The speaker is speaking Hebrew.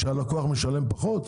שהלקוח משלם פחות?